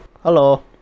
hello